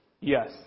Yes